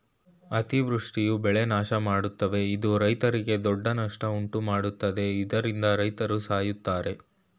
ಅತಿವೃಷ್ಟಿಯು ಬೆಳೆ ನಾಶಮಾಡ್ತವೆ ಇದು ರೈತ್ರಿಗೆ ದೊಡ್ಡ ನಷ್ಟ ಉಂಟುಮಾಡ್ತದೆ ಇದ್ರಿಂದ ರೈತ್ರು ಸಾಯ್ತರೆ